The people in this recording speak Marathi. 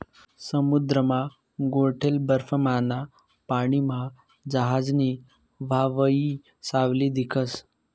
समुद्रमा गोठेल बर्फमाना पानीमा जहाजनी व्हावयी सावली दिखस